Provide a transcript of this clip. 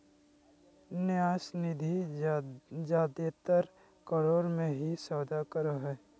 न्यास निधि जादेतर करोड़ मे ही सौदा करो हय